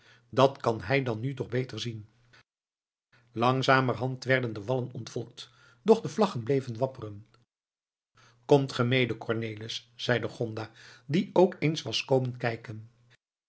dat kan hij dan nu toch beter zien langzamerhand werden de wallen ontvolkt doch de vlaggen bleven wapperen komt ge mede cornelis zeide gonda die ook eens was komen kijken